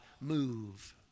move